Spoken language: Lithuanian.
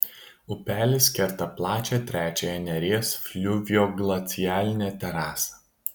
upelis kerta plačią trečiąją neries fliuvioglacialinę terasą